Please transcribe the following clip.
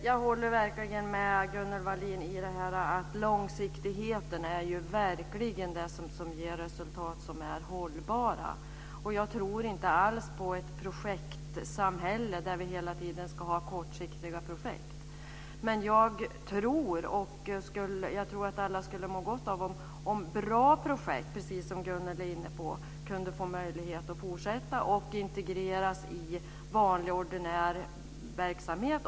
Herr talman! Jag håller med Gunnel Wallin. Långsiktigheten är det som verkligen ger resultat som är hållbara. Jag tror inte alls på ett projektsamhälle där vi hela tiden ska ha kortsiktiga projekt. Jag tror att alla skulle må gott av om bra projekt, precis som Gunnel Wallin var inne på, kunde få möjlighet att fortsätta och integreras i vanlig ordinär verksamhet.